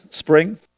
Spring